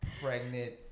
pregnant